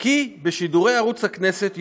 כי בשידורי ערוץ הכנסת ישולבו,